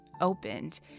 opened